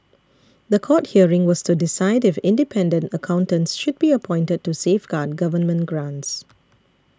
the court hearing was to decide if independent accountants should be appointed to safeguard government grants